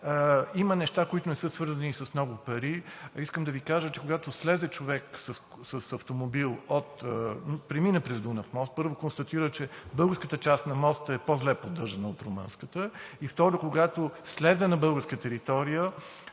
има неща, които не са свързани с много пари. Искам да Ви кажа, че когато човек с автомобил премине през Дунав мост, първо констатира, че българската част на моста е по-зле поддържана от румънската, и, второ, когато слезе на българска територия,